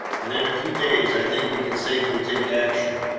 and in a few days i think we can safely take action.